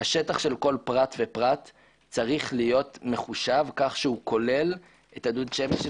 השטח של כל פרט ופרט צריך להיות מחושב כך שכולל את הדוד שמש,